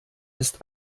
ist